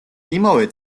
იმავე